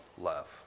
love